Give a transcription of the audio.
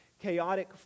chaotic